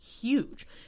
huge